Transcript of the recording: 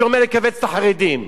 שאומר לכווץ את החרדים.